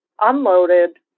unloaded